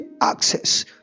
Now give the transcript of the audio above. access